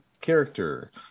character